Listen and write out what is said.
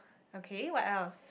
ok what else